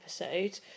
episode